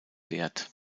wert